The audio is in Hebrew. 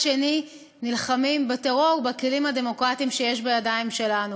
שני נלחמים בטרור בכלים הדמוקרטיים שיש לנו בידיים שלנו.